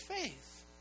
faith